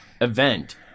event